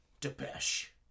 Depeche